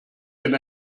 denn